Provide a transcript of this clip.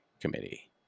committee